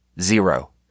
zero